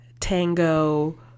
Tango